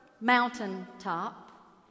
mountaintop